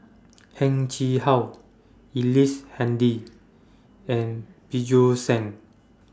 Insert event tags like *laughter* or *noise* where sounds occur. *noise* Heng Chee How Ellice Handy and Bjorn Shen